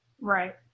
Right